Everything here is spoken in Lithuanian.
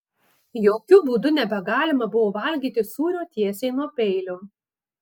jokiu būdu nebegalima buvo valgyti sūrio tiesiai nuo peilio